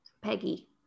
Peggy